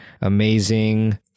amazing